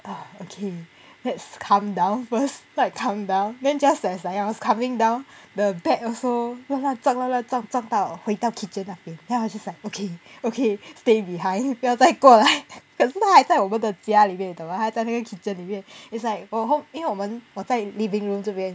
okay let's calm down first like calm down then just as I was calming down the bat also 乱乱撞乱乱撞撞回到 kitchen 那边 then I was just like okay okay stay behind 不要再过来 可是它还我们的家里边你懂吗它还在那个:ke shi ta hai wo men de jia li bian ni dong ma ta hai zia na ge kitchen 里面 it's like 我后因为我们我在 living room 这边